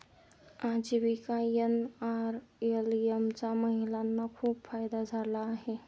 आजीविका एन.आर.एल.एम चा महिलांना खूप फायदा झाला आहे